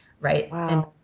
Right